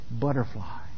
butterfly